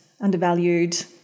undervalued